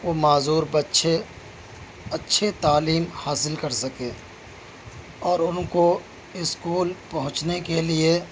وہ معذور بچے اچھے تعلیم حاصل کر سکے اور ان کو اسکول پہنچنے کے لیے